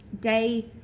Day